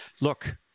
Look